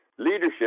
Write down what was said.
leadership